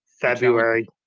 February